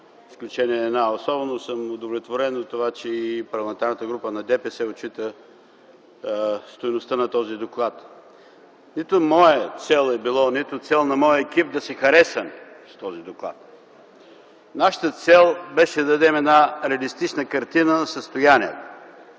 изключение на една. Особено съм удовлетворен от това, че и Парламентарната група на ДПС отчита стойността на този доклад. Нито моя цел, нито цел на моя екип е била да се харесаме с този доклад. Нашата цел беше да дадем една реалистична картина на състоянието.